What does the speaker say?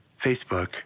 Facebook